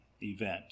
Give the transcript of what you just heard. event